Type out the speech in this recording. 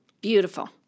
Beautiful